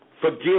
forgive